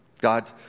God